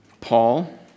Paul